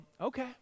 okay